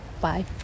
bye